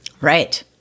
Right